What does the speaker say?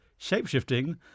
shapeshifting